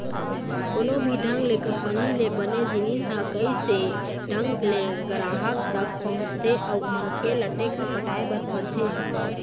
कोनो भी ढंग ले कंपनी ले बने जिनिस ह कइसे ढंग ले गराहक तक पहुँचथे अउ मनखे ल टेक्स पटाय बर पड़थे